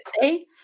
say